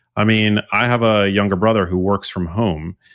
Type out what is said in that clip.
i mean, i have a younger brother who works from home,